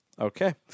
Okay